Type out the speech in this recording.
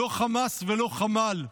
לא חס ולא חמל,